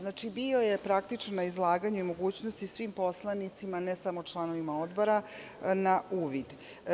Znači, bio je praktično na izlaganju i mogućnosti svim poslanicima, ne samo članovima Odbora, na uvid.